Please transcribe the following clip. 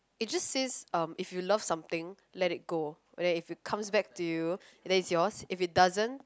it just says um if you love something let it go okay if it comes back to you and then it's yours if it doesn't